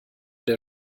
der